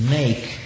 make